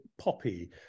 Poppy